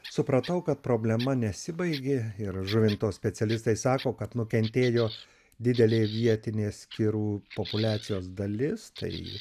supratau kad problema nesibaigė ir žuvinto specialistai sako kad nukentėjo didelė vietinės kirų populiacijos dalis tai